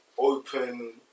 Open